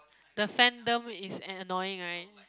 the fandom is an annoying right